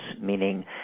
meaning